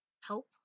help